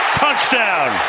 touchdown